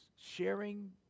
sharing